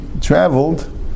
traveled